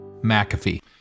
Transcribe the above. McAfee